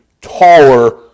taller